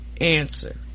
answer